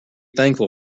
thankful